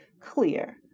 clear